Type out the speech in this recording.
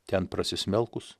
ten prasismelkus